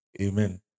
Amen